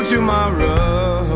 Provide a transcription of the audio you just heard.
Tomorrow